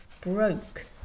broke